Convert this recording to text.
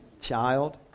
child